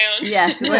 yes